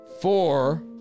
Four